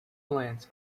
plants